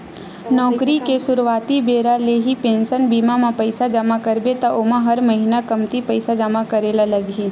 नउकरी के सुरवाती बेरा ले ही पेंसन बीमा म पइसा जमा करबे त ओमा हर महिना कमती पइसा जमा करे ल लगही